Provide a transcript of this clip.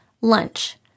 lunch